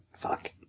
Fuck